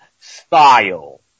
style